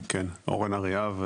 אני אורן אריאב,